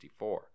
1964